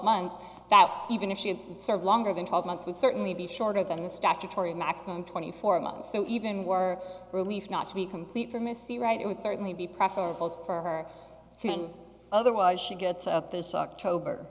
months that even if she would serve longer than twelve months would certainly be shorter than the statutory maximum twenty four months so even were released not to be complete for missy right it would certainly be preferable for her otherwise she gets up this october